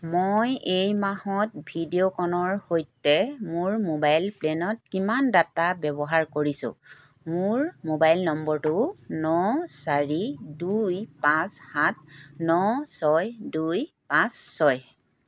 মই এই মাহত ভিডিঅ'কনৰ সৈতে মোৰ মোবাইল প্লেনত কিমান ডাটা ব্যৱহাৰ কৰিছো মোৰ মোবাইল নম্বৰটো ন চাৰি দুই পাঁচ সাত ন ছয় দুই পাঁচ ছয়